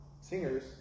singers